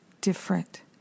different